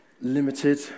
limited